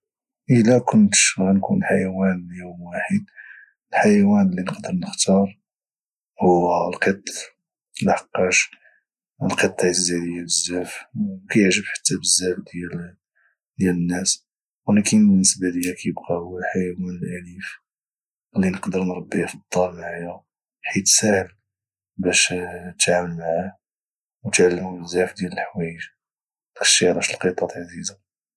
الى كنت غنكون حيوان ليوم واحد الحيوان اللي نقدر نختار هو القط لحقاش القط عزيز علي بزاف وكيعجب حتى بزاف ديال الناس ولكن بالنسبة ليا كيبقا هو الحيوان الاليف اللي نقدر نربيه فالدار معايا حيت ساهل باش تعامل معاه وتعلمو بزاف ديال الحوايج داكشي علاش القطط عزيزة